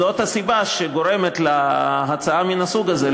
זאת הסיבה שגורמת להצעה מן הסוג הזה.